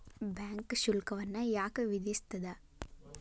Bank ಶುಲ್ಕವನ್ನ ಯಾಕ್ ವಿಧಿಸ್ಸ್ತದ?